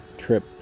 trip